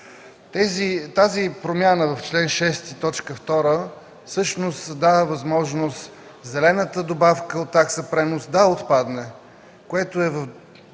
Тази промяна в чл. 6, т. 2 дава възможност зелената добавка от такса „пренос” да отпадне, което в